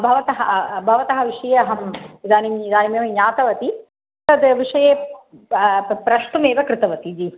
भवतः भवतः विषये अहम् इदानीम् इदानीमेव ज्ञातवती तद् विषये प् प्रष्टुम् एव कृतवती जि